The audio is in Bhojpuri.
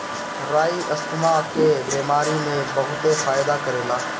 राई अस्थमा के बेमारी में बहुते फायदा करेला